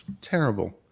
terrible